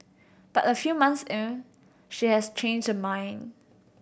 but a few months in she has changed her mind